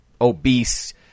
obese